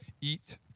eat